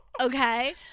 Okay